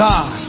God